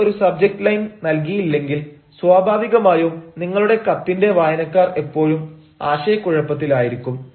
നിങ്ങൾ ഒരു subject line നൽകിയില്ലെങ്കിൽ സ്വാഭാവികമായും നിങ്ങളുടെ കത്തിന്റെ വായനക്കാർ എപ്പോഴും ആശയക്കുഴപ്പത്തിലായിരിക്കും